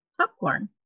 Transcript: popcorn